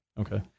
Okay